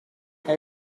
have